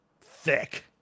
thick